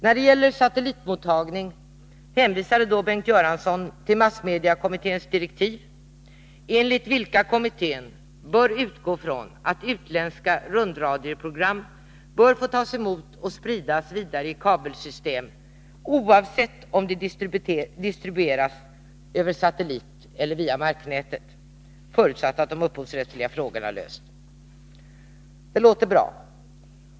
När det gäller satellitmottagning hänvisade Bengt Göransson till massmediekommitténs direktiv, enligt vilka kommittén bör utgå från att utländska rundradioprogram bör få tas emot och spridas vidare i kabelsystem, oavsett om de distribueras över satellit eller via marknätet, förutsatt att de upphovsrättsliga frågorna lösts. Det låter bra.